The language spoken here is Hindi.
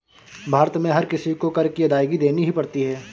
भारत में हर किसी को कर की अदायगी देनी ही पड़ती है